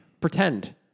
Pretend